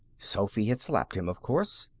sophy had slapped him, of course.